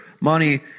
money